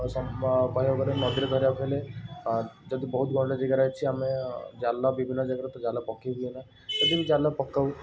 ବହୁତ ସମୟ କହିବାକୁ ଗଲେ ନଦୀରେ ଧରିବାକୁ ହେଲେ ଯଦି ବହୁତ ଗଭୀର ଜାଗାରୁ ଅଛି ଆମେ ଜାଲ ବିଭିନ୍ନ ଜାଗାରେ ତ ଜାଲ ପକେଇ ହୁଏନା ଯଦି ବି ଜାଲ ପକାଉ